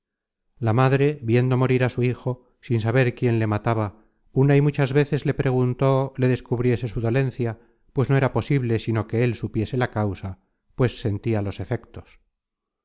la madre viendo morir a su hijo sin saber quién le mataba una y muchas veces le preguntó le descubriese su dolencia pues no era posible sino que él supiese la causa pues sentia los efectos